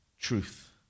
truth